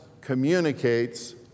communicates